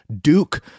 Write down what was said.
Duke